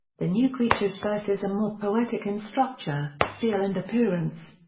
the new creatures verses are more poetic in structure, feel and appearance.